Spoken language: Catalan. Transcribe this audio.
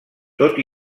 tot